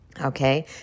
okay